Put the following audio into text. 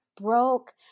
broke